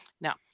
Now